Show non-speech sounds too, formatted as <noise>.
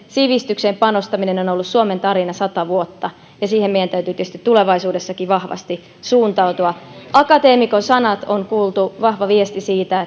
sivistykseen panostaminen on on ollut suomen tarina sata vuotta ja siihen meidän täytyy tietysti tulevaisuudessakin vahvasti suuntautua akateemikon sanat on kuultu vahva viesti siitä <unintelligible>